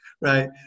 right